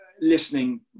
listening